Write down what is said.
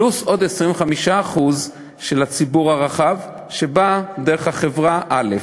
פלוס 25% של הציבור הרחב שבאים דרך חברה א'.